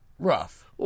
Rough